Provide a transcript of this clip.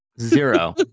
Zero